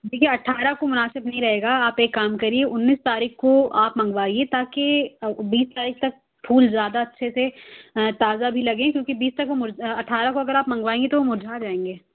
دیکھیے اٹھارہ کو مناسب نہیں رہے گا آپ ایک كام كریے اُنّیس تاریخ كو آپ منگوائیے تاكہ بیس تاریخ تک پھول زیادہ اچھے سے تازہ بھی لگیں کیونکہ بیس تک وہ مر اٹھارہ کو اگر آپ منگوائیں گے تو وہ مُرجھا جائیں گے